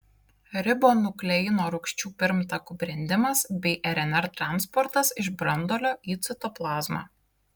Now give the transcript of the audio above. ribonukleino rūgščių pirmtakų brendimas bei rnr transportas iš branduolio į citoplazmą